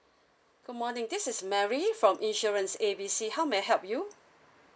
good morning this is mary from insurance A B C how may I help you